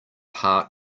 heart